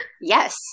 yes